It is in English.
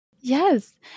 Yes